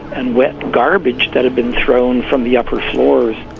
and wet garbage that had been thrown from the upper floors.